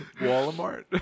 Walmart